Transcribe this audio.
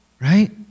Right